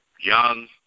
young